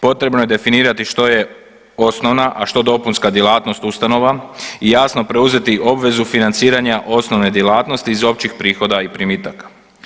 Potrebno je definirati što je osnovna, a što dopunska djelatnost ustanova i jasno preuzeti obvezu financiranja osnovne djelatnosti iz općih prihoda i primitaka.